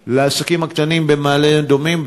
במיידי לעסקים הקטנים במעלה-אדומים,